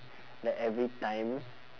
like every time